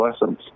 lessons